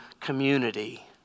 community